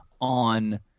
on